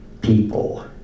people